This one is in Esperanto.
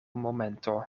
momento